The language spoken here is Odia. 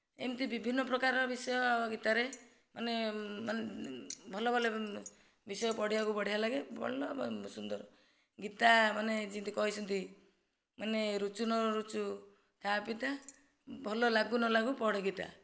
ଏମିତି ବିଭିନ୍ନ ପ୍ରକାରର ବିଷୟ ଗୀତାରେ ମାନେ ମାନେ ଭଲ ଭଲ ବିଷୟ ପଢ଼ିବାକୁ ବଢ଼ିଆ ଲାଗେ ଭଲ ସୁନ୍ଦର ଗୀତା ମାନେ ଯେମିତି କହିଛନ୍ତି ମାନେ ରୁଚୁ ନ ରୁଚୁ ଖା ପିତା ଭଲ ଲାଗୁ ନ ଲାଗୁ ପଢ଼ ଗୀତା